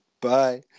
Bye